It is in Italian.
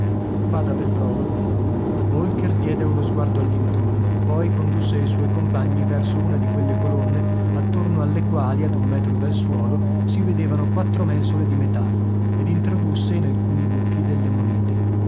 vada pel brodo holker diede uno sguardo all'intorno poi condusse i suoi compagni verso una di quelle colonne attorno alle quali ad un metro dal suolo si vedevano quattro mensole di metallo ed introdusse in alcuni buchi delle monete